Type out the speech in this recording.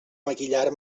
maquillar